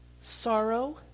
Sorrow